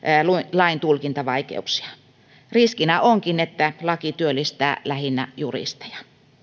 lain tulkintavaikeuksia riskinä onkin että laki työllistää lähinnä juristeja